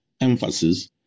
emphasis